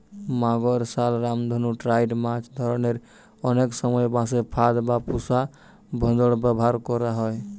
মাগুর, শল, রামধনু ট্রাউট মাছ ধরতে অনেক সময় বাঁশে ফাঁদ বা পুশা ভোঁদড় ব্যাভার করা হয়